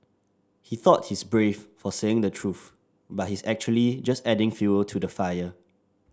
he thought he's brave for saying the truth but he's actually just adding fuel to the fire